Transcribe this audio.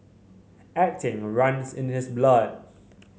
acting runs in his blood